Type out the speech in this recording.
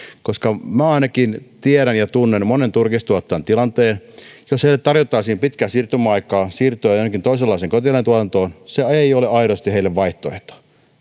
koska minä ainakin tiedän ja tunnen monen turkistuottajan tilanteen jos heille tarjottaisiin pitkää siirtymäaikaa siirtyä johonkin toisenlaiseen kotieläintuotantoon se ei ole aidosti heille vaihtoehto